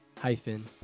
hyphen